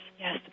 Yes